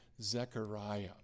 Zechariah